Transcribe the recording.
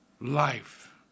life